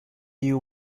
you